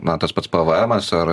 na tas pats pėvėemas ar